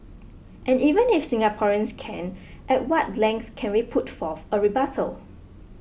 and even if Singaporeans can at what length can we put forth a rebuttal